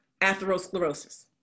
atherosclerosis